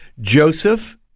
Joseph